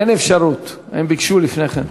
אין אפשרות, הם ביקשו לפני כן.